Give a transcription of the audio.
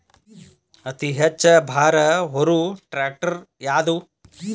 ಅತಿ ಹೆಚ್ಚ ಭಾರ ಹೊರು ಟ್ರ್ಯಾಕ್ಟರ್ ಯಾದು?